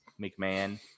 McMahon